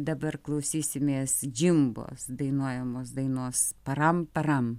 dabar klausysimės džimbos dainuojamos dainos param param